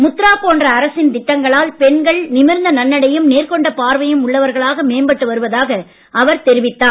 முத்ரா போன்ற அரசின் திட்டங்களால் பெண்கள் நிமிர்ந்த நன்னடையும் நேர்கொண்ட பார்வையும் உள்ளவர்களாக மேம்பட்டு வருவதாக அவர் தெரிவித்தார்